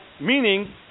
meaning